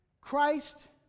Christ